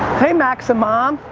hey max and mom.